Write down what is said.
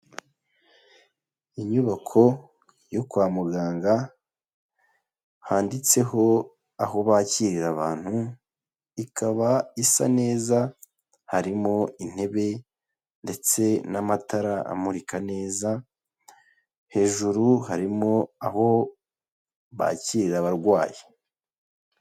Inyubako yo kwa muganga handitseho aho bakirira abantu, ikaba isa neza harimo intebe ndetse n'amatara amurika neza, hejuru harimo aho bakira abarwayi.